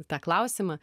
tą klausimą